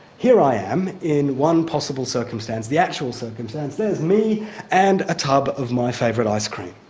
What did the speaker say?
here i am in one possible circumstance, the actual circumstance. there's me and a tub of my favourite ice cream